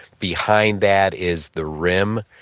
behind that is the rim.